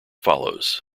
follows